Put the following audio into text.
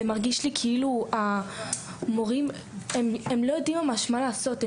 זה מרגיש לי כאילו המורים לא יודעים ממש מה לעשות.